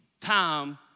time